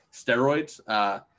steroids